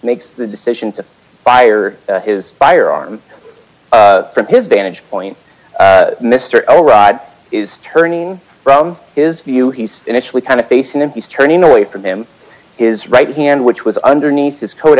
makes the decision to fire his firearm from his vantage point mister oribe is turning from his view he's initially kind of facing and he's turning away from him is right hand which was underneath his coat